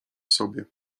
sobie